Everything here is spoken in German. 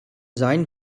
sein